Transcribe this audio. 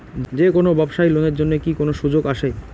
যে কোনো ব্যবসায়ী লোন এর জন্যে কি কোনো সুযোগ আসে?